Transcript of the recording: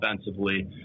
offensively